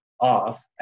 off